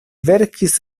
verkis